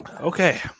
Okay